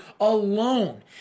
alone